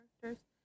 characters